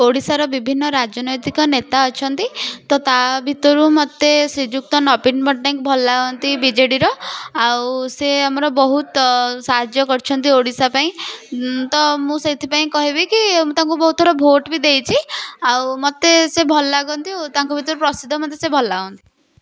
ଓଡ଼ିଶାର ବିଭିନ୍ନ ରାଜନୈତିକ ନେତା ଅଛନ୍ତି ତ ତା ଭିତରୁ ମୋତେ ଶ୍ରୀଯୁକ୍ତ ନବୀନ ପଟ୍ଟନାୟକ ଭଲ ଲାଗନ୍ତି ବିଜେଡ଼ିର ଆଉ ସେ ଆମର ବହୁତ ସାହାଯ୍ୟ କରଛନ୍ତି ଓଡ଼ିଶା ପାଇଁ ତ ମୁଁ ସେଥିପାଇଁ କହିବି କି ମୁଁ ତାଙ୍କୁ ବହୁତ ଥର ଭୋଟ୍ ବି ଦେଇଛି ଆଉ ମୋତେ ସେ ଭଲ ଲାଗନ୍ତି ଓ ତାଙ୍କ ଭିତରୁ ପ୍ରସିଦ୍ଧ ମୋତେ ସେ ଭଲ ଲାଗନ୍ତି